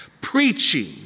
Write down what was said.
preaching